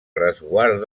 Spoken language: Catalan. resguard